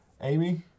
Amy